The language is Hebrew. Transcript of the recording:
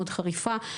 באופן שונה.